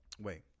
Wait